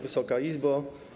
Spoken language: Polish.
Wysoka Izbo!